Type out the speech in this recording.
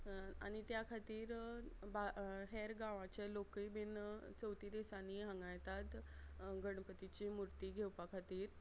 आनी त्या खातीर बा हेर गांवाचे लोकय बीन चवथी दिसांनी हांगां येतात गणपतीची मुर्ती घेवपा खातीर